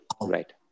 right